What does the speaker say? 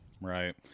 Right